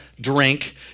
drink